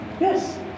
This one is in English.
Yes